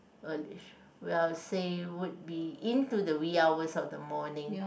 early well I'd say would be into the wee hours of the morning